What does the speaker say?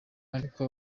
ariko